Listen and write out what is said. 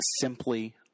simply